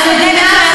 זה בסדר להעביר